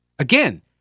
Again